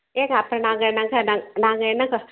ஏங்க அப்போ நாங்கள் நாங்கள் நாங்க நாங்கள் என்ன கஷ்